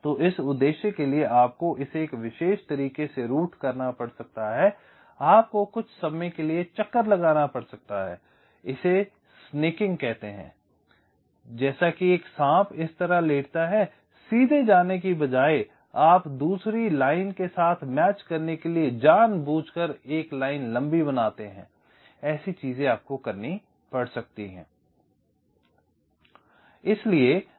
तो इस उद्देश्य के लिए आपको इसे एक विशेष तरीके से रूट करना पड़ सकता है आपको कुछ समय के लिए चक्कर लगाना पड़ता है इसे स्नैकिंग कहते हैं जैसे कि एक सांप इस तरह लेटता है सीधे जाने के बजाय आप दूसरी लाइन के साथ मैच करने के लिए जानबूझकर एक लाइन लम्बी बनाते हैं ऐसी चीजें आपको करनी पड़ सकती हैं